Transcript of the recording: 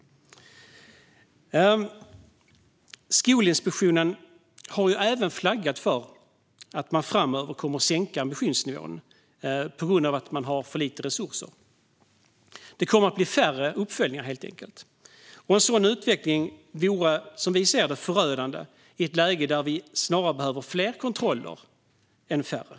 Skolinspektionen har även flaggat för att man framöver kommer att sänka ambitionsnivån på grund av bristande resurser. Det kommer helt enkelt att bli färre uppföljningar. En sådan utveckling vore som vi ser det förödande i ett läge där det snarare behövs fler kontroller än färre.